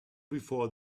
before